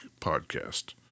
podcast